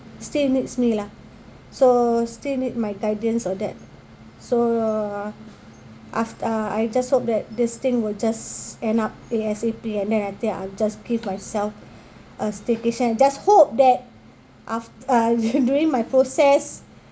still needs me lah so still need my guidance all that so uh af~ uh I just hope that this thing will just end up A_S_A_P and then I think I'll just give myself a staycation just hope that aft~ uh during my process